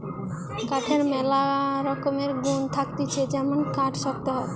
কাঠের ম্যালা রকমের গুন্ থাকতিছে যেমন কাঠ শক্ত হয়